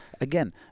Again